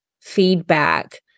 feedback